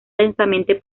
densamente